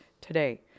today